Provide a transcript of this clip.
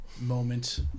moment